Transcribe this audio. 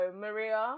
Maria